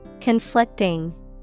Conflicting